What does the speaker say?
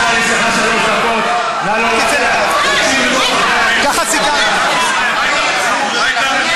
(חבר הכנסת ג'מאל זחאלקה יוצא מאולם המליאה.) לשבת כולם במקומותיכם.